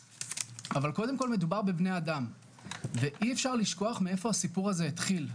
אבל קודם כל מדובר בבני אדם ואי אפשר לשכוח מאיפה הסיפור הזה התחיל,